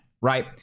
right